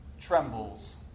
trembles